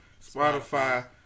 Spotify